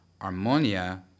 armonia